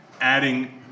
adding